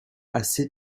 assez